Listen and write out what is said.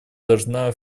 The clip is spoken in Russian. должна